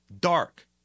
dark